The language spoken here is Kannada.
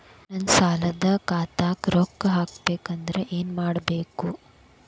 ನನ್ನ ಸಾಲದ ಖಾತಾಕ್ ರೊಕ್ಕ ಹಾಕ್ಬೇಕಂದ್ರೆ ಏನ್ ಮಾಡಬೇಕು?